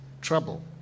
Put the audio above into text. trouble